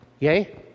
Yay